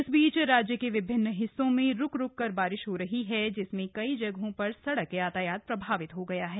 इस बीच राज्य के विभिन्न हिस्सों में रुक रुक कर बारिश हो रही है जिसमें कई जगहों पर सड़क यातायात प्रभावित हो गया है